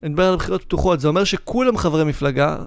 אין בעיה לבחירות פתוחות, זה אומר שכולם חברי מפלגה?